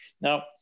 Now